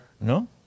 No